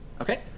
Okay